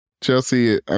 Chelsea